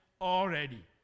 already